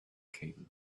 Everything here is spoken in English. cable